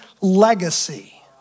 legacy